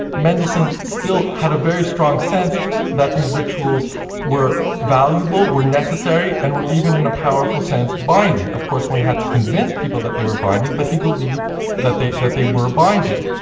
mendelssohn still had a very strong sense that these rituals were valuable, were necessary and were even in a powerful sense binding. of course, one had to convince people that they were binding, but he believed that they that they were binding.